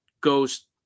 goes